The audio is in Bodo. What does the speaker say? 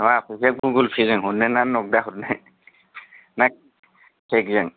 नङा फैसाया गुगल पे जों हरनो ना नगदा हरनो ना चेकजों